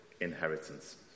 inheritance